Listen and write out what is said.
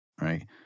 right